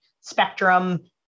spectrum